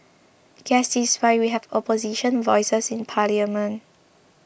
guess this is why we have opposition voices in parliament